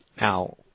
Now